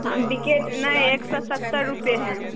हाँ बिघट नहि एक सए सत्तर रुपैये हय